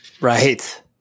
Right